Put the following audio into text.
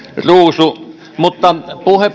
ruusu mutta